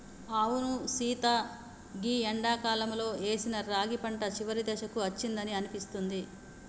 అవును సీత గీ ఎండాకాలంలో ఏసిన రాగి పంట చివరి దశకు అచ్చిందని అనిపిస్తుంది